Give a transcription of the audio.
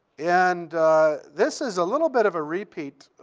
and this is a little bit of a repeat